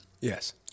Yes